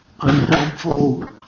unhelpful